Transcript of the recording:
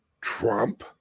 Trump